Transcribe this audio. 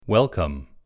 Welcome